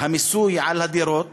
המיסוי על הדירות